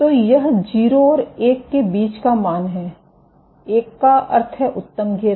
तो यह 0 और 1 के बीच का मान है 1 का अर्थ है उत्तम घेरा